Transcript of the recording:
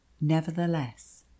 nevertheless